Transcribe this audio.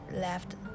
left